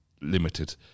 limited